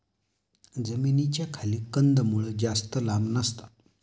जमिनीच्या खाली कंदमुळं जास्त लांब नसतात